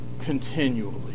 continually